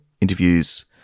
interviews